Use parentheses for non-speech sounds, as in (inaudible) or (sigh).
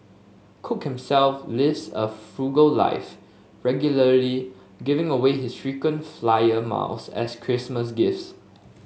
cook himself (unintelligible) a frugal life regularly giving away his frequent flyer miles as Christmas gifts